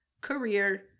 career